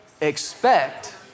Expect